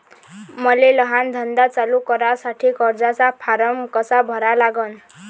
मले लहान धंदा चालू करासाठी कर्जाचा फारम कसा भरा लागन?